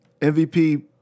MVP